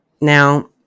Now